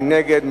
מי נגד?